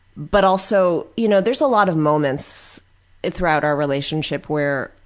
but also, you know, there's a lot of moments throughout our relationship where,